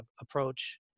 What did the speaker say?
approach